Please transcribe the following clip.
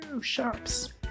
shops